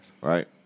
right